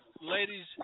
Ladies